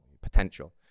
potential